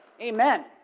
Amen